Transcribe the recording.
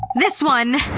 this one!